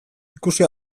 ikusi